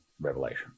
Revelation